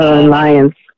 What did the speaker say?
alliance